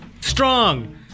strong